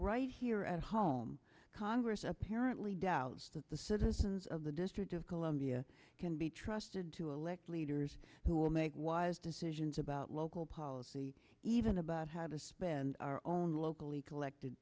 right here at home congress apparently doubts that the citizens of the district of columbia can be trusted to elect leaders who will make wise decisions about local policy even about how to spend our own locally collected